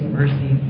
mercy